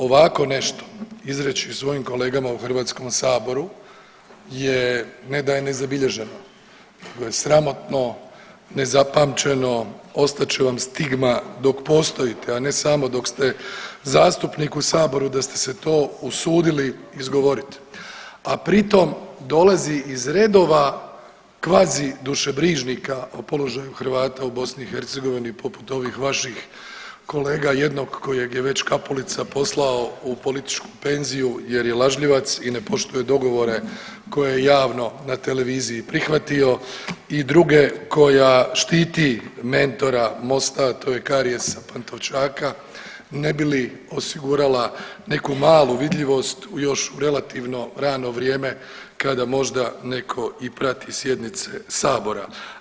Ovako nešto izreći svojim kolegama u Hrvatskom saboru je ne da je nezabilježeno, nego je sramotno, nezapamćeno, ostat će vam stigma dok postojite, a ne samo dok ste zastupnik u Saboru da ste se to usudili izgovoriti a pritom dolazi iz redova kvazi dušebrižnika o položaju Hrvata u BiH poput ovih vaših kolega jednog kojeg je već Kapulica poslao u političku penziju jer je lažljivac i ne poštuje dogovore koje je javno na televiziji prihvatio i druge koja štiti mentora MOST-a a to je karijes sa Pantovčaka ne bi li osigurala neku malu vidljivost još u relativno rano vrijeme kada možda netko i prati sjednice Sabora.